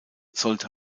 sollte